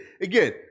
Again